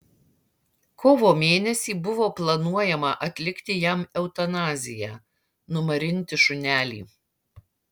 kovo mėnesį buvo planuojama atlikti jam eutanaziją numarinti šunelį